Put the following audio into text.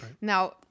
now